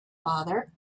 father